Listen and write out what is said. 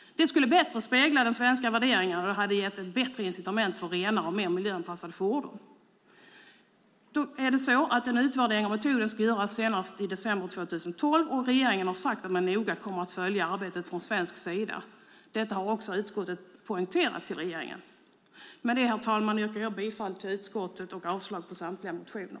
Det skulle bättre spegla de svenska värderingarna och hade gett ett bättre incitament för renare och mer miljöanpassade fordon. En utvärdering av metoden ska göras senast i december 2012, och regeringen har sagt att man från svensk sida noga kommer att följa arbetet. Detta har utskottet poängterat för regeringen. Herr talman! Jag yrkar bifall till utskottets förslag och avslag på samtliga motioner.